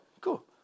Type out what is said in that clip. cool